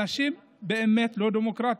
אנשים באמת לא דמוקרטיים.